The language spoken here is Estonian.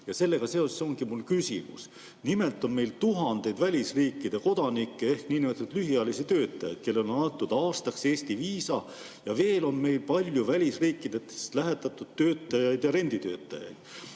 Sellega seoses ongi mul küsimus. Nimelt on meil tuhandeid välisriikide kodanikke ehk niinimetatud lühiajalisi töötajaid, kellele on antud aastaks Eesti viisa, ja veel on meil palju välisriikidest lähetatud töötajaid ja renditöötajaid.